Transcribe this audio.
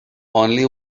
only